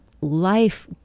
life